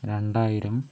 രണ്ടായിരം